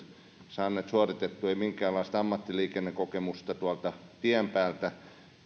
saaneet suoritettua ei minkäänlaista ammattiliikennekokemusta tien päältä